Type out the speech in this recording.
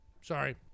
Sorry